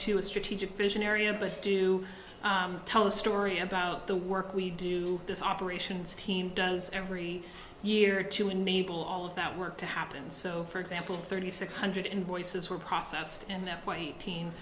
to a strategic vision area but do tell a story about the work we do this operations team does every year to enable all of that work to happen so for example thirty six hundred invoices were processed and